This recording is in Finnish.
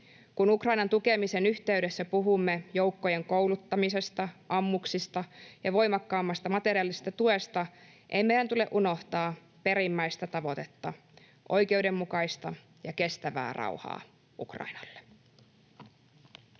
Kun Ukrainan tukemisen yhteydessä puhumme joukkojen kouluttamisesta, ammuksista ja voimakkaammasta materiaalisesta tuesta, ei meidän tule unohtaa perimmäistä tavoitetta: oikeudenmukaista ja kestävää rauhaa Ukrainalle.